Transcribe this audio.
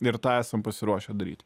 ir tą esam pasiruošę daryti